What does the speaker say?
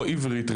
לא עברית,